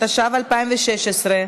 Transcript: התשע"ו 2016,